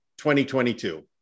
2022